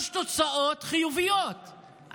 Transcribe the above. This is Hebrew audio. יש תוצאות חיוביות,